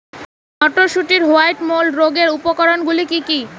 মটরশুটির white mould রোগের উপসর্গগুলি কী কী?